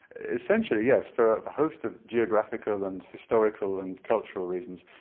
essentially yes, for a host of geographical and historical and cultural reasons.